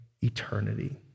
eternity